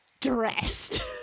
dressed